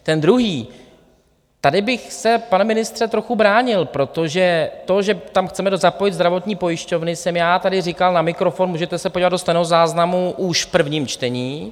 Ten druhý, tady bych se, pane ministře, trochu bránil, protože to, že tam chceme zapojit zdravotní pojišťovny, jsem já tady říkal na mikrofon, můžete se podívat do stenozáznamu, už v prvním čtení.